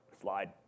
Slide